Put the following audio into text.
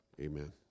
amen